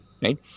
right